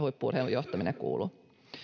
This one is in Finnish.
johtaminen kuuluu